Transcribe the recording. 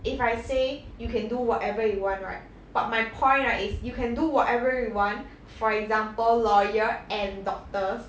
if I say you can do whatever you want right but my point right is you can do whatever you want for example lawyer and doctors